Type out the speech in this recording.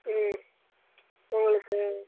ம் உங்களுக்கு